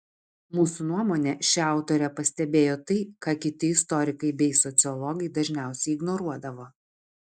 mūsų nuomone ši autorė pastebėjo tai ką kiti istorikai bei sociologai dažniausiai ignoruodavo